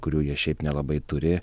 kurių jie šiaip nelabai turi